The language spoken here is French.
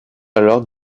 alors